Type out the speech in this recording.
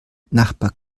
nachbar